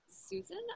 Susan